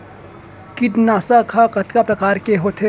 कीटनाशक ह कतका प्रकार के होथे?